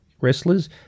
wrestlers